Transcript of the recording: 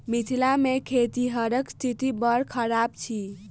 मिथिला मे खेतिहरक स्थिति बड़ खराब अछि